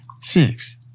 Six